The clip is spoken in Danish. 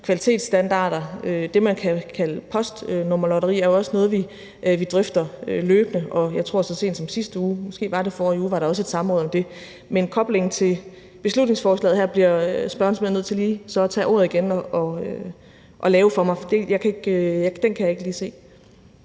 kvalitetsstandarder, det, man kan kalde postnummerlotteri, er jo også noget, vi drøfter løbende. Jeg tror, at så sent som i sidste uge, måske var det forrige uge, var der også et samråd om det. Men i forhold til koblingen til beslutningsforslaget her bliver spørgeren simpelt hen nødt til lige at tage ordet igen og lave den for mig, for den kan jeg ikke lige se.